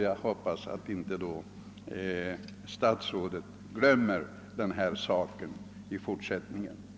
Jag hoppas dock att statsrådet inte därför glömmer den i fortsättningen.